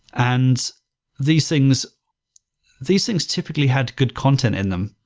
and these things these things typically had good content in them,